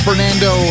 Fernando